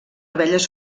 abelles